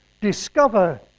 discover